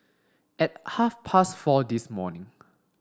at half past four this morning